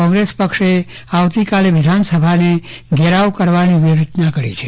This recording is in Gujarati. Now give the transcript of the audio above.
કોંગ્રેસ પક્ષે આવતીકાલે વિધાનસભાને ઘેરાવ કરવાની વ્યૂહ રચના ઘડી છે